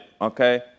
okay